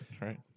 Right